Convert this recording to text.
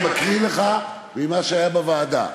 אני מקריא לך ממה שהיה בוועדה.